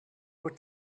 were